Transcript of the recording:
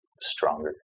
stronger